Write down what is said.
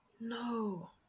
No